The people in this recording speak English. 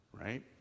right